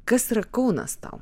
kas yra kaunas tau